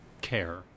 care